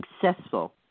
successful